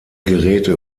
geräte